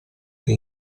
che